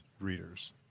readers